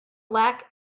lack